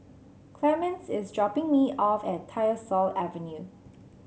Clemens is dropping me off at Tyersall Avenue